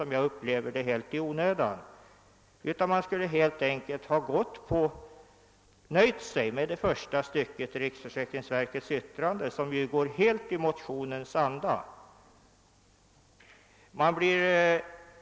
Man borde ha stannat vid det första stycket i riksförsäkringsverkets yttrande, ett stycke som står helt i överensstämmelse med motionens anda.